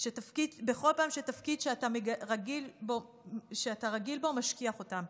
שתפקיד שאתה רגיל בו משכיח אותם.